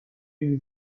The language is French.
une